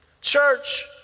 church